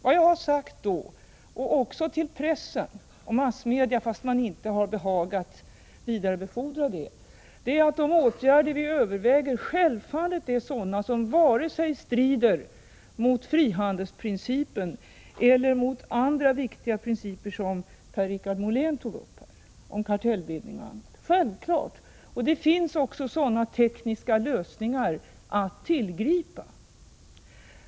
Vad jag då har sagt och även framfört till massmedia, som dock inte har behagat vidarebefordra det, är att de åtgärder vi överväger självfallet inte strider mot vare sig frihandelsprincipen eller andra viktiga principer om t.ex. kartellbildning och annat som Per-Richard Molén tog upp. Det finns också tekniska lösningar att tillgripa.